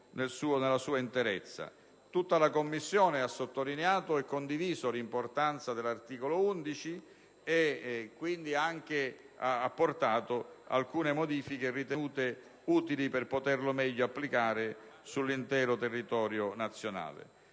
Tutta la Commissione ha sottolineato e condiviso l'importanza dell'articolo 11 ed ha introdotto alcune modifiche ritenute utili per meglio applicarlo sull'intero territorio nazionale.